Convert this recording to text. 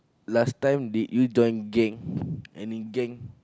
last time did you join gang any gang